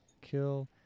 kill